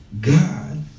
God